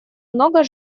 много